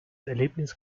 erlebnis